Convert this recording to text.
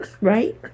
Right